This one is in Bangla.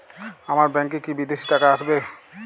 আমার ব্যংকে কি বিদেশি টাকা আসবে?